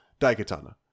Daikatana